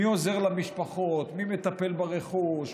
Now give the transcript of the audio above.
מי עוזר למשפחות, מי מטפל ברכוש?